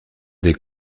des